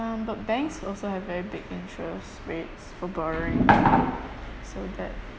um but banks also have very big interest rates for borrowing so that